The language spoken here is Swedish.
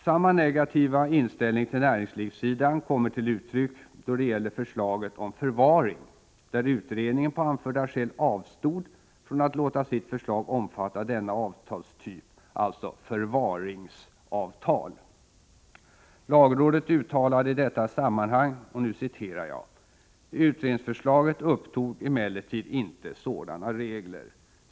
Samma negativa inställning till näringslivssidan kommer till uttryck då det gäller förslaget om förvaring, där utredningen på anförda skäl avstod från att låta sitt förslag omfatta denna avtalstyp, alltså förvaringsavtal. Lagrådet uttalade i detta sammanhang: ”Utredningsförslaget upptog emellertid inte sådana regler.